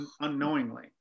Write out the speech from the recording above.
unknowingly